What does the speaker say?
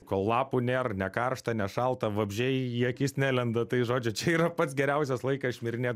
kol lapų nėr nekaršta nešalta vabzdžiai į akis nelenda tai žodžiu čia yra pats geriausias laikas šmirinėt